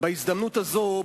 בהזדמנות זו,